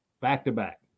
back-to-back